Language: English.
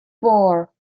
four